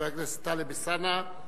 חבר הכנסת טלב אלסאנע.